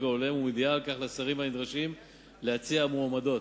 ההולם ומודיעה על כך לשרים הנדרשים להציע מועמדות.